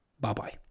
Bye-bye